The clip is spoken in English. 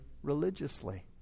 religiously